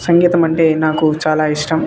సంగీతం అంటే నాకు చాలా ఇష్టం